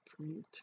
create